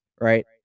right